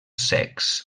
secs